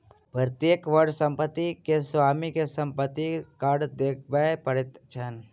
प्रत्येक वर्ष संपत्ति के स्वामी के संपत्ति कर देबअ पड़ैत छैन